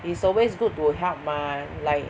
it's always good to help mah like